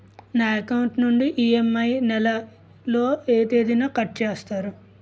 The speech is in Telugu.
నా అకౌంట్ నుండి ఇ.ఎం.ఐ నెల లో ఏ తేదీన కట్ చేస్తారు?